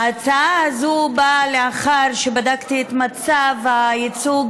ההצעה הזאת באה לאחר שבדקתי את מצב הייצוג